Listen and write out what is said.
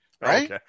Right